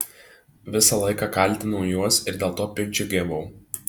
visą laiką kaltinau juos ir dėl to piktdžiugiavau